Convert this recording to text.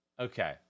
Okay